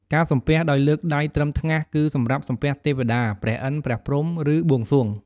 ការសំពះដោយលើកដៃត្រឹមថ្ងាស គឺសម្រាប់សំពះទេវតា ព្រះឥន្ទ ព្រះព្រហ្ម ឬបួងសួង។